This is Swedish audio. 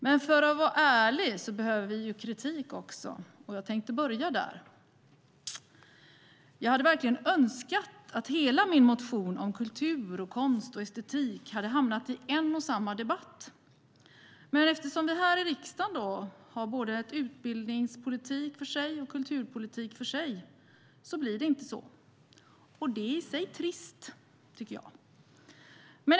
Men för att vara ärlig behöver vi också kritik, och jag tänkte börja där. Jag hade önskat att hela min motion om kultur, konst och estetik hade hamnat i en och samma debatt. Men eftersom vi i riksdagen behandlar utbildningspolitiken och kulturpolitiken var för sig blir det inte så. Det är trist, tycker jag.